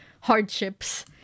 hardships